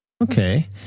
Okay